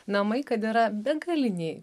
namai kad yra begaliniai